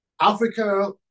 Africa